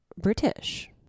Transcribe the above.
British